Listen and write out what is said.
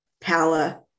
power